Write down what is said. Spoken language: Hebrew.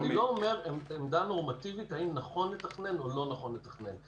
אני לא אומר עמדה נורמטיבית של האם נכון לתכנן או לא נכון לתכנן.